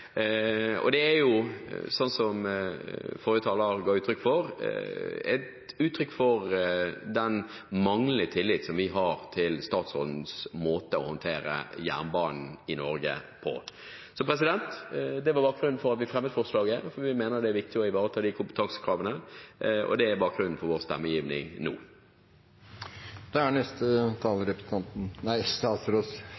som forrige taler ga uttrykk for, et uttrykk for den manglende tillit vi har til statsrådens måte å håndtere jernbanen i Norge på. Det var bakgrunnen for at vi fremmet forslaget, for vi mener det er viktig å ivareta de kompetansekravene. Og det er bakgrunnen for vår stemmegivning nå. Jernbanen er